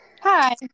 Hi